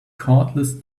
cordless